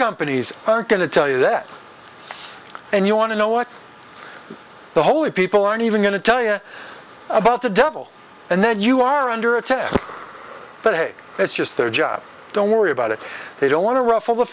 companies are going to tell you that and you want to know what the holy people aren't even going to tell you about the devil and that you are under attack but hey it's just their job don't worry about it they don't want to ruffle the